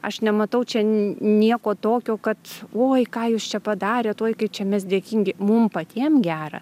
aš nematau čia nieko tokio kad oi ką jūs čia padarėt oi kai čia mes dėkingi mum patiem gera